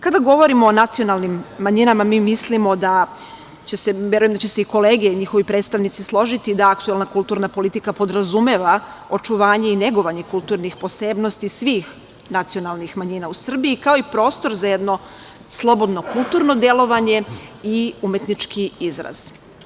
Kada govorimo o nacionalnim manjinama mi mislimo, verujem da će se i kolege i njihovi predstavnici složiti, da aktuelna kulturna politika podrazumeva očuvanje i negovanje kulturnih posebnosti svih nacionalnih manjina u Srbiji kao i prostor za jedno slobodno kulturno delovanje i umetnički izraz.